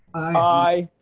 aye.